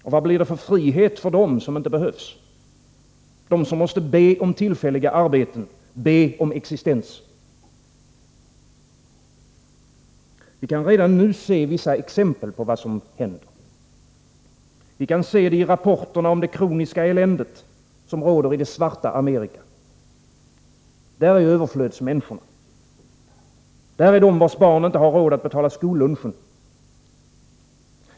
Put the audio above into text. Och vad blir det för frihet för dem som inte behövs — för dem som måste be om tillfälliga arbeten, be om existens? Vi kan redan nu se vissa exempel på vad som händer. Vi kan se det i rapporterna om det kroniska eländet som råder i det svarta Amerika. Där är överflödsmänniskorna. Där är de vars barn inte har råd att betala skollunchen.